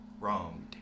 Wrong